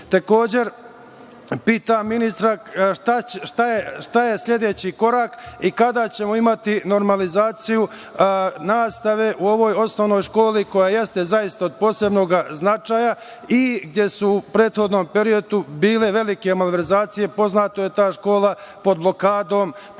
pitam ministra šta je sledeći korak i kada ćemo imati normalizaciju nastave u ovoj osnovnoj školi, koja jeste zaista od posebnog značaja i gde su u prethodnom periodu bile velike malverzacije? Poznato je da je ta škola pod blokadom, poznato